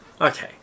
Okay